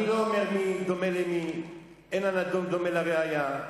אני לא אומר מי דומה למי, אין הנדון דומה לראיה,